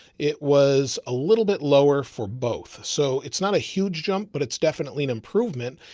it was a little bit lower for both. so it's not a huge jump, but it's definitely an improvement.